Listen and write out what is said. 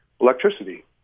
electricity